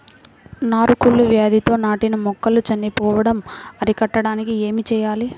నారు కుళ్ళు వ్యాధితో నాటిన మొక్కలు చనిపోవడం అరికట్టడానికి ఏమి చేయాలి?